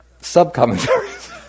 Sub-commentaries